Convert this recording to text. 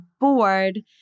bored